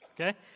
okay